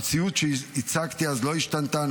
המציאות שהצגתי אז לא השתנתה,